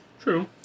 True